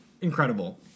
incredible